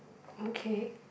mooncake